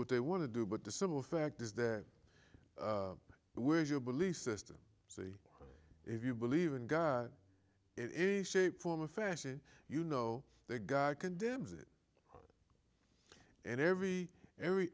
what they want to do but the simple fact is that with your belief system see if you believe in god in a shape form or fashion you know the guy condemns it and every every